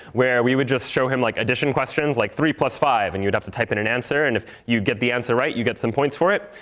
where we would just show him like addition questions like, three plus five. and you'd have to type in an answer. and if you get the answer right, you get some points for it.